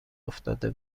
افتاده